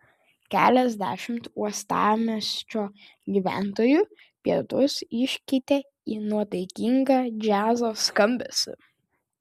keliasdešimt uostamiesčio gyventojų pietus iškeitė į nuotaikingą džiazo skambesį